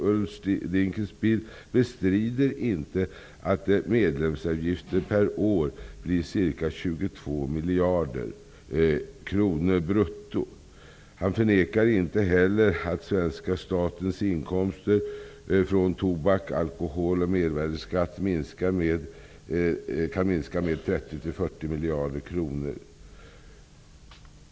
Ulf Dinkelspiel bestrider inte att medlemsavgiften per år blir ca 22 miljarder kronor brutto. Han förnekar inte heller att svenska statens inkomster från tobak, alkohol och mervärdesskatt kan minska med 30--40 miljarder kronor.